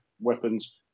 weapons